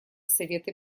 совета